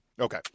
Okay